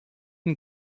une